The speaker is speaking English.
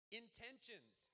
intentions